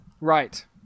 Right